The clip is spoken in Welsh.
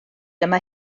dyma